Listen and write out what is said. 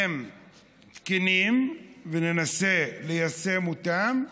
הן תקינות, וננסה ליישם אותן,